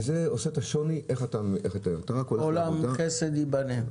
וזה עושה את השוני איך אתה --- עולם חסד ייבנה.